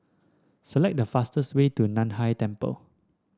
select the fastest way to Nan Hai Temple